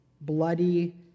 bloody